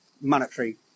monetary